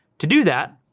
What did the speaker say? to do that,